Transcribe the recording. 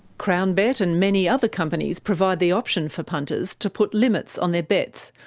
crownbet and many other companies provide the option for punters to put limits on their bets,